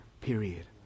period